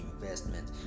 investment